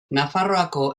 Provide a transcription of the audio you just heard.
nafarroako